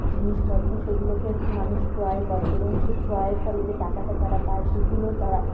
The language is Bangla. জিনিসপত্র সেগুলোকে মানুষ ক্রয় করে এবং সেই ক্রয়ের ফলে যে টাকাটা তারা পায় সেগুলো তারা